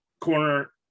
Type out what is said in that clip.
corner